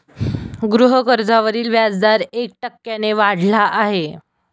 गृहकर्जावरील व्याजदर एक टक्क्याने वाढला आहे